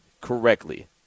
correctly